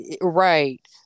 right